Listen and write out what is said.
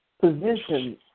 position